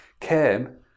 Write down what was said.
came